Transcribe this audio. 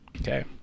Okay